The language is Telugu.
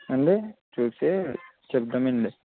ఏండి చూసే చెప్దామండి